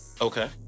Okay